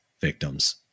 victims